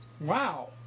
Wow